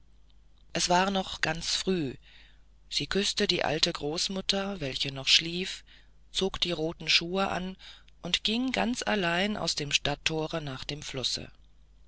es war noch ganz früh sie küßte die alte großmutter welche noch schlief zog die roten schuhe an und ging ganz allein aus dem stadtthore nach dem flusse